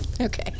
Okay